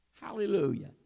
Hallelujah